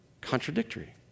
contradictory